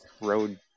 road